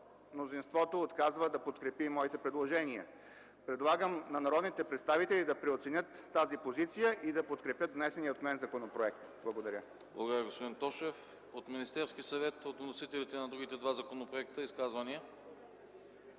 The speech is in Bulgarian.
мнозинството отказва да подкрепи моите предложения? Предлагам на народните представители да преоценят тази позиция и да подкрепят внесения от мен законопроект. Благодаря. ПРЕДСЕДАТЕЛ АНАСТАС АНАСТАСОВ: Благодаря, господин Тошев. От Министерския съвет, от вносителите на другите два законопроекта, има ли